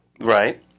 right